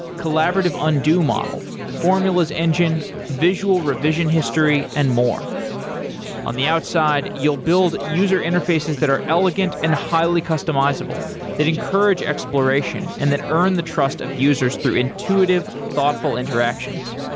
collaborative undo model, formulas engine, visual revision history and more on the outside, you'll build user interfaces that are elegant and highly customizable that encourage exploration and that earn the trust of users through intuitive thoughtful interactions.